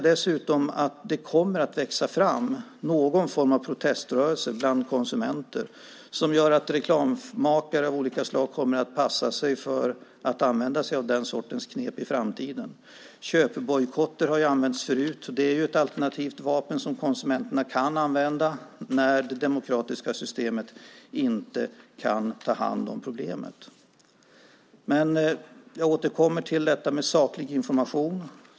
Det kommer att växa fram någon form av proteströrelse bland konsumenter som gör att reklammakare av olika slag kommer att passa sig för att använda sig av den sortens knep i framtiden. Köpbojkotter har använts förut. Det är ett alternativt vapen som konsumenterna kan använda när det demokratiska systemet inte kan ta hand om problemet. Jag återkommer till frågan om saklig information.